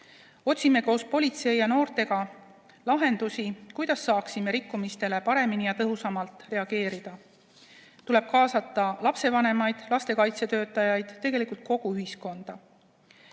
Otsime koos politsei ja noortega lahendusi, kuidas saaksime rikkumistele paremini ja tõhusamalt reageerida. Tuleb kaasata lapsevanemaid, lastekaitsetöötajaid, tegelikult kogu ühiskonda.